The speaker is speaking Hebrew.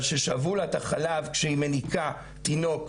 שצוות גברי נכנס ושאב לה את החלב כשהיא מיניקה תינוק.